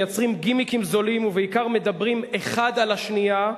מייצרים גימיקים זולים ובעיקר מדברים האחד על השנייה,